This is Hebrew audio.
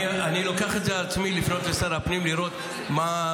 אני לוקח על עצמי לפנות לשר הפנים ולראות איך